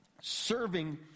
Serving